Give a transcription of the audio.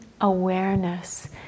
awareness